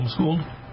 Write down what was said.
homeschooled